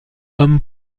homme